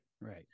Right